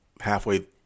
halfway